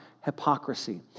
hypocrisy